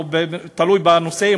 או תלוי בנושא,